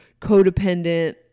codependent